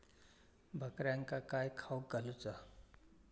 बकऱ्यांका काय खावक घालूचा?